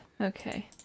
Okay